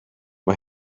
mae